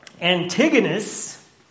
Antigonus